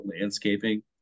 landscaping